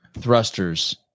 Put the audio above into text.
thrusters